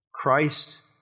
Christ